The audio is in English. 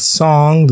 song